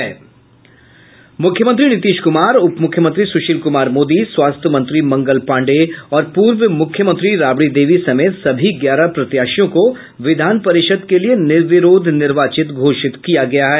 मुख्यमंत्री नीतीश कुमार उपमुख्यमंत्री सुशील कुमार मोदी स्वास्थ्य मंत्री मंगल पांडेय और पूर्व मूख्यमंत्री राबड़ी देवी समेत सभी ग्यारह प्रत्याशियों को विधान परिषद के लिए निर्विरोध निर्वाचित घोषित किया गया है